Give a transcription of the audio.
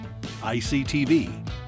ICTV